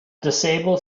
disabled